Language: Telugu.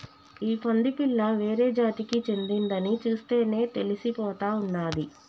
ఈ పంది పిల్ల వేరే జాతికి చెందిందని చూస్తేనే తెలిసిపోతా ఉన్నాది